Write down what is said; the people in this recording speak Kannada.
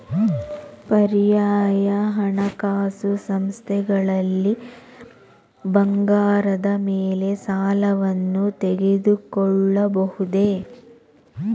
ಪರ್ಯಾಯ ಹಣಕಾಸು ಸಂಸ್ಥೆಗಳಲ್ಲಿ ಬಂಗಾರದ ಮೇಲೆ ಸಾಲವನ್ನು ತೆಗೆದುಕೊಳ್ಳಬಹುದೇ?